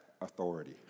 authority